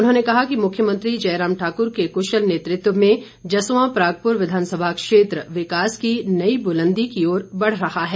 उन्होंने कहा कि मुख्यमंत्री जयराम ठाक्र के क्शल नेतृत्व में जसवां परागुपर विधानसभा क्षेत्र विकास की नई बुलंदी की ओर बढ़ रहा है